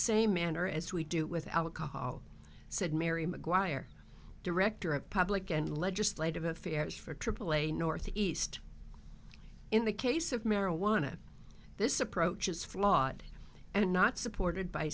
same manner as we do with alcohol said mary maguire director of public and legislative affairs for aaa north east in the case of marijuana this approach is flawed and not supported by